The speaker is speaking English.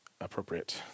appropriate